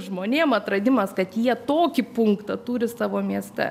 žmonėm atradimas kad jie tokį punktą turi savo mieste